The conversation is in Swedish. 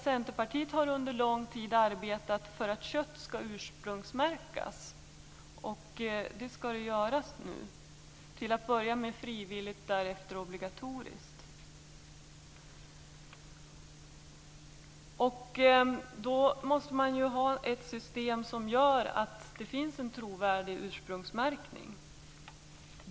Centerpartiet har under lång tid arbetat för att kött skall ursprungsmärkas. Det skall det göras nu, till en början frivilligt, därefter obligatoriskt. Då måste man ha ett system som gör att det finns en trovärdig ursprungsmärkning.